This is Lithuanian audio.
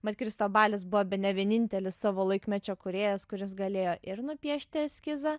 mat kristobalis buvo bene vienintelis savo laikmečio kūrėjas kuris galėjo ir nupiešti eskizą